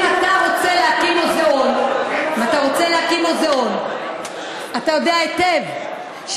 אני מתנגדת כי אנחנו לא מקימים מרכזי מורשת באותם מגזרים שיש